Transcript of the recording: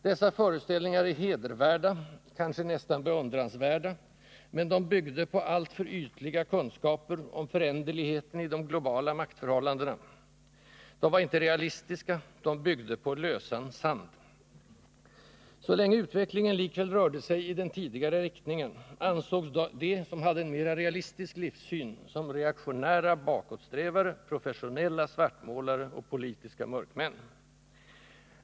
Dessa föreställningar är hedervärda, kanske nästan beundransvärda, men de byggde på alltför ytliga kunskaper om föränderligheten i de globala maktförhållandena. De var inte realistiska: de byggde på lösan sand. Så länge utvecklingen likväl rörde sig i den tidigare riktningen ansågs de som hade en mera realistisk livssyn som reaktionära bakåtsträvare, professionella svartmålare och politiska mörkmän.